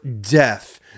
death